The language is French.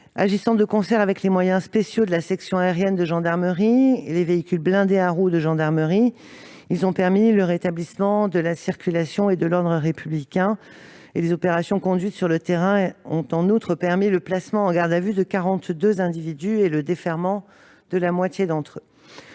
Agissant de concert avec les moyens spéciaux de la section aérienne de gendarmerie et les véhicules blindés à roues de gendarmerie, ils ont permis le rétablissement de la circulation et de l'ordre républicain. Les opérations conduites sur le terrain ont en outre permis le placement en garde à vue de 42 individus et le déferrement de la moitié d'entre eux.